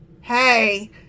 Hey